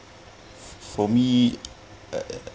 for me I I